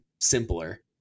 simpler